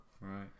right